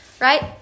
right